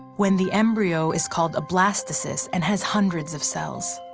when the embryo is called a blastocyst, and has hundreds of cells.